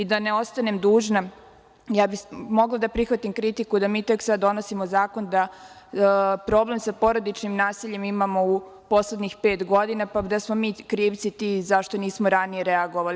Da ne ostanem dužna, mogla bih da prihvatim kritiku da mi tek sada donosimo Zakon da problem sa porodičnim nasiljem imamo u poslednjih pet godina, pa da smo mi krivci zašto nismo ranije reagovali.